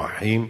או אחים,